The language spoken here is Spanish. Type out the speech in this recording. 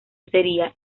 sería